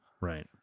Right